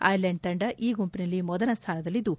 Ireland ತಂಡ ಈ ಗುಂಪಿನಲ್ಲಿ ಮೊದಲ ಸ್ಥಾನದಲ್ಲಿದ್ದು